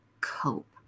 cope